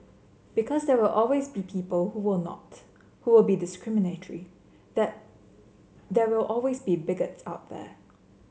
because there will always be people who will not who will be discriminatory that there will always be bigots out there